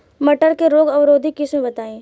मटर के रोग अवरोधी किस्म बताई?